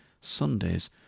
Sundays